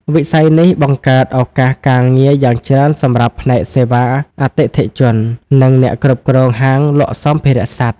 វិស័យនេះបង្កើតឱកាសការងារយ៉ាងច្រើនសម្រាប់ផ្នែកសេវាអតិថិជន និងអ្នកគ្រប់គ្រងហាងលក់សម្ភារៈសត្វ។